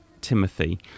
Timothy